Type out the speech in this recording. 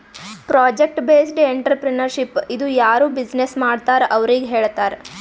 project based entrepreneurship ಇದು ಯಾರು business ಮಾಡ್ತಾರ್ ಅವ್ರಿಗ ಹೇಳ್ತಾರ್